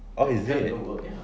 oh is it